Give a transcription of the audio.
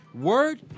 word